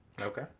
Okay